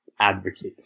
advocate